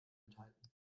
enthalten